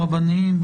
הרבניים.